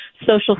social